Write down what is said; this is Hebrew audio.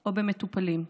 או במטופלים,